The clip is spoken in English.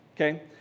okay